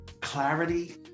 clarity